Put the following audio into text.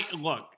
Look